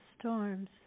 storms